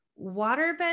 waterbed